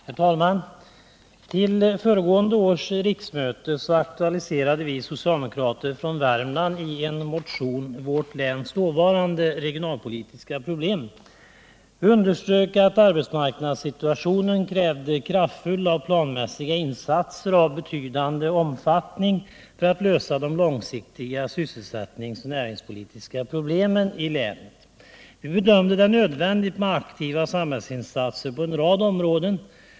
Herr talman! Vid föregående riksmöte aktualiserade vi socialdemokrater från Värmland i en motion vårt läns dåvarande regionalpolitiska problem. Vi underströk att arbetsmarknadssituationen krävde kraftfulla och planmässiga insatser av betydande omfattning för att lösa de långsiktiga sysselsättningsoch näringspolitiska problemen i länet. Vi bedömde det nödvändigt med aktiva samhällsinsatser på en rad områden.